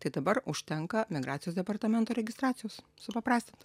tai dabar užtenka migracijos departamento registracijos supaprastint